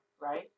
right